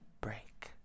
break